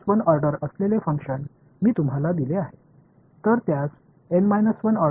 ஆனால் சிறந்தது N 1 இது குறைவாகவும் இருக்கலாம் ஆனால் சிறந்தது N 1சரிதானே